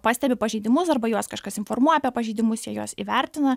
pastebi pažeidimus arba juos kažkas informuoja apie pažeidimus jie juos įvertina